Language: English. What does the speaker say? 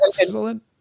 excellent